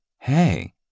hey